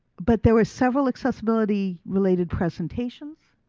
but there were several accessibility related presentations.